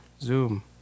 zoom